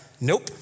nope